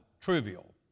trivial